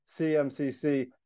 CMCC